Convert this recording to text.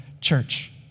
church